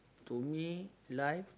to me life